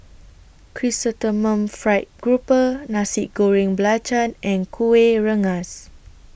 Chrysanthemum Fried Grouper Nasi Goreng Belacan and Kueh Rengas